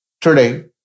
Today